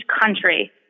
country